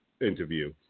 interview